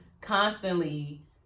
constantly